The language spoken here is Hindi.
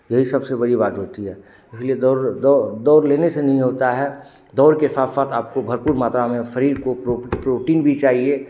यही सबसे बड़ी बात होती है इसलिए दौड़ दौड़ दौड़ लेने से नहीं होता है दौड़ के साथ साथ आपको भरपूर मात्रा में शरीर को प्रो प्रोटीन भी चाहिए